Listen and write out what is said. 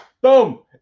boom